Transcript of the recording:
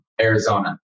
Arizona